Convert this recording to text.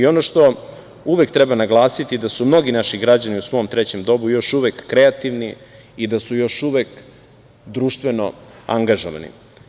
Ono što uvek treba naglasiti da su mnogi naši građani u svom trećem dobu još uvek kreativni i da su još uvek društveno angažovani.